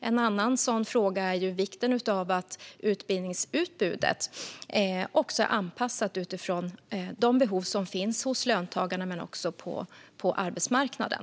En annan sådan fråga är vikten av att utbildningsutbudet också är anpassat utifrån de behov som finns hos löntagarna och på arbetsmarknaden.